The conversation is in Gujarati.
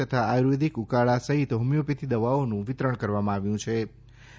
તથા આયુર્વેદિક ઉકાળા સહિત હોમીયોપેથી દવાઓનું વિતરણ પણ કરવામાં આવ્યું હતું